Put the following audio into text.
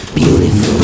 beautiful